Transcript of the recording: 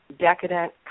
decadent